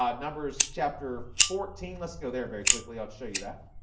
ah numbers chapter fourteen. let's go there very quickly. i'll show you that